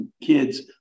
kids